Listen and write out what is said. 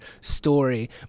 story